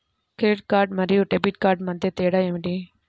Credit card మరియు debit card మధ్య తేడా ఏమిటి?